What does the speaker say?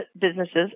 businesses